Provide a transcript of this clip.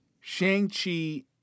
Shang-Chi